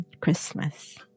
Christmas